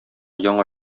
яңа